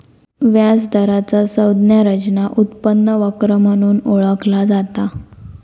व्याज दराचा संज्ञा रचना उत्पन्न वक्र म्हणून ओळखला जाता